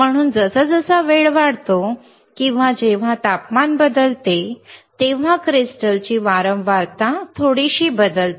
म्हणून जसजसा वेळ वाढतो किंवा जेव्हा तापमान बदलते तेव्हा क्रिस्टल्सची वारंवारता थोडीशी बदलते